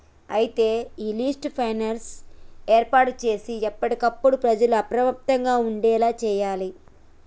అయితే ఈ lift sensor ఏర్పాటు సేసి ఎప్పటికప్పుడు ప్రజల అప్రమత్తంగా ఉండేలా సేయాలి